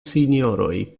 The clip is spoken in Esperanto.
sinjoroj